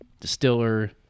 distiller